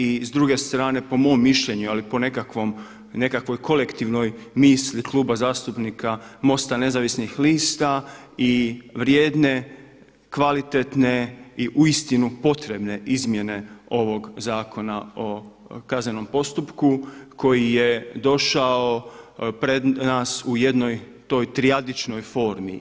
I s druge strane, po mom mišljenju ali i po nekakvoj kolektivnoj misli Kluba zastupnika MOST-a Nezavisnih lista i vrijedne, kvalitetne i uistinu potrebne izmjene ovog Zakona o kaznenom postupku koji je došao pred nas u jednoj toj trijadičnoj formi.